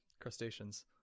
crustaceans